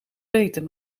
beter